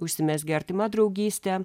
užsimezgė artima draugystė